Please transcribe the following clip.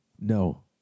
No